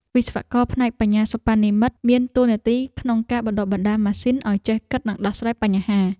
វិស្វករផ្នែកបញ្ញាសិប្បនិម្មិតមានតួនាទីក្នុងការបណ្តុះបណ្តាលម៉ាស៊ីនឱ្យចេះគិតនិងដោះស្រាយបញ្ហា។